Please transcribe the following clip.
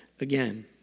again